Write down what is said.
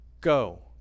Go